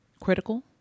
critical